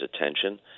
attention